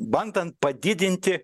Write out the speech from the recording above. bandant padidinti